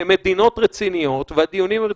ומדינות רציניות והדיונים רציניים,